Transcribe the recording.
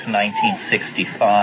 1965